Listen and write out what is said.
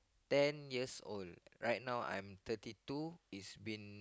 ten years old right now I'm thirty two it's been